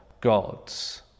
gods